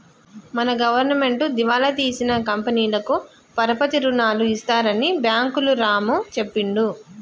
మన గవర్నమెంటు దివాలా తీసిన కంపెనీలకు పరపతి రుణాలు ఇస్తారని బ్యాంకులు రాము చెప్పిండు